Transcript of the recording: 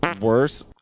worse